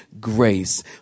grace